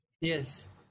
Yes